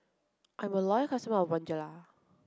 I'm a loyal customer of Bonjela